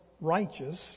righteous